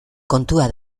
kontua